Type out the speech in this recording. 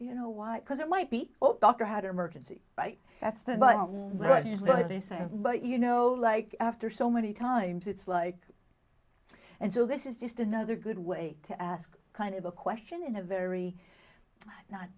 you know why because it might be what doctor had emergency right that's the button right but you know like after so many times it's like and so this is just another good way to ask kind of a question in a very not